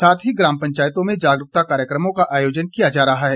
साथ ही ग्राम पंचायतों में जागरूकता कार्यक्रमों का आयोजन किया जा रहा है